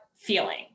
feeling